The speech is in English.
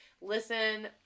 Listen